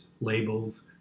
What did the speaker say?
labels